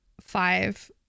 five